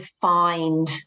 find